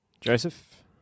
joseph